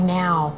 now